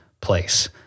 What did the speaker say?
place